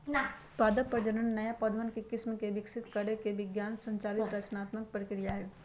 पादप प्रजनन नया पौधवन के किस्म के विकसित करे के विज्ञान संचालित रचनात्मक प्रक्रिया हई